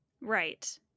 Right